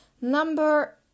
Number